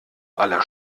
aller